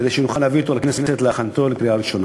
כדי שנוכל להביא אותו לכנסת להכנתו לקריאה ראשונה.